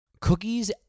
cookies